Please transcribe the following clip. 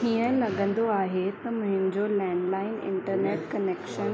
हीअं लॻंदो आहे त मुंहिंजो लैंडलाइन इंटरनेट कनैक्शन